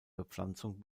bepflanzung